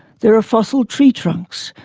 there are fossil tree trunks,